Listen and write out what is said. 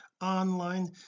online